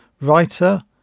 writer